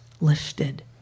lifted